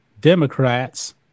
Democrats